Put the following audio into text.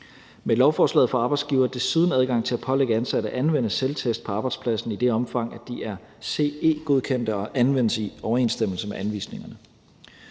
Med lovforslaget får arbejdsgivere desuden adgang til at pålægge ansatte at anvende selvtest på arbejdspladsen i det omfang, de er CE-godkendte og anvendes i overensstemmelse med anvisningerne.